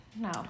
No